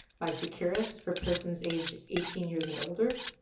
by seqirus for persons aged eighteen years and older.